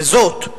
וזאת,